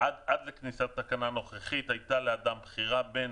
עד לכניסת התקנה הנוכחית הייתה לאדם בחירה בין